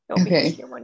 Okay